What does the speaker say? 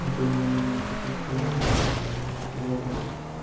गोसो होनानै जों प्रेकटिस खालामफिनदों एबा जोङो